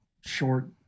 short